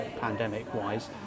pandemic-wise